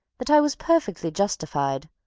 that i was perfectly justified,